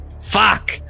Fuck